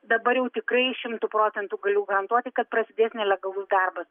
dabar jau tikrai šimtu procentų galiu garantuoti kad prasidės nelegalus darbas